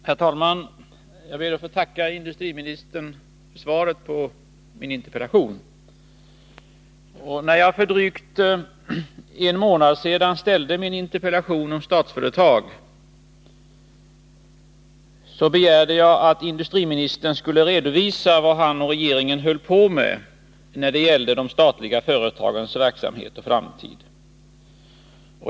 Herr talman! Jag ber att få tacka industriministern för svaret på min interpellation. När jag för en dryg månad sedan ställde min interpellation om Statsföretag begärde jag att industriministern skulle redovisa vad han och regeringen höll på med när det gällde de statliga företagens verksamhet och framtid.